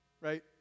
right